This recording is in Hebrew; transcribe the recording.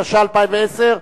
התש"ע 2010,